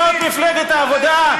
זאת מפלגת העבודה?